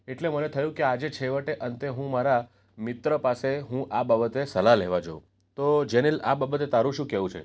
એટલે મને થયું કે આજે છેવટે અંતે હું મારા મિત્ર પાસે હું આ બાબતે સલાહ લેવા જાઉં તો જેનિલ આ બાબતે તારું શું કહેવું છે